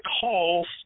calls